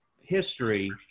history